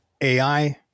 AI